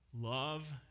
love